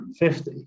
150